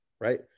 right